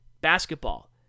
basketball